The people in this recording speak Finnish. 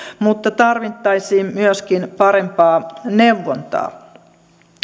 mutta tarvittaisiin myöskin parempaa neuvontaa